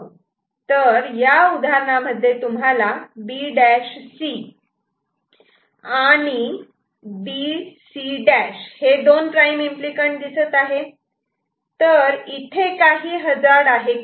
तर या उदाहरणामध्ये तुम्हाला B' C आणि B C' हे दोन प्राईम एम्पली कँट दिसत आहेत तर इथे काही हजार्ड आहे का